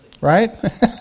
Right